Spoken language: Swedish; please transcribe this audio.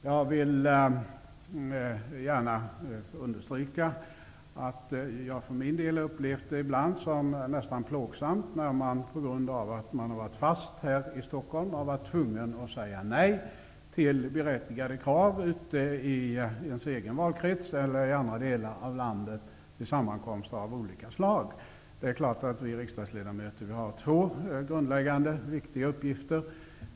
Jag vill gärna understryka att jag för min del ibland upplevt det som nästan plågsamt att jag, på grund av att jag måst stanna här i Stockhom, har varit tvungen att säga nej till berättigade krav från den egna valkretsen eller andra delar av landet när det gällt sammankomster av olika slag. Vi riksdagsledamöter har två grundläggande, viktiga uppgifter.